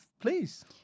please